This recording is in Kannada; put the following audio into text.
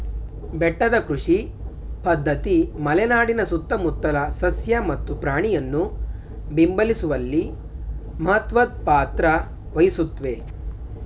ಬೆಟ್ಟದ ಕೃಷಿ ಪದ್ಧತಿ ಮಲೆನಾಡಿನ ಸುತ್ತಮುತ್ತಲ ಸಸ್ಯ ಮತ್ತು ಪ್ರಾಣಿಯನ್ನು ಬೆಂಬಲಿಸುವಲ್ಲಿ ಮಹತ್ವದ್ ಪಾತ್ರ ವಹಿಸುತ್ವೆ